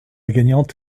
gagnante